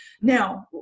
Now